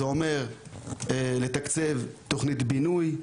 שזה אומר לתקצב תוכנית בינוי,